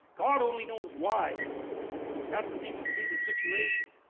god only knows why but thats seems to be the situation.